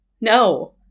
No